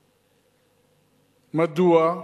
מדוע?